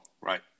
right